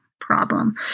problem